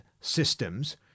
systems